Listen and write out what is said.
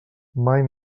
mai